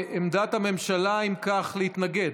עמדת הממשלה, אם כך, להתנגד.